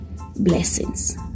blessings